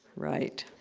right.